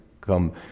come